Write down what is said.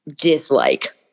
dislike